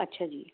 ਅੱਛਿਆ ਜੀ